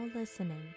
Listening